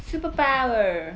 superpower